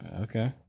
Okay